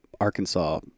Arkansas